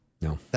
No